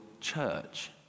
church